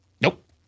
Nope